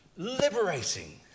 Liberating